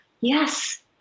yes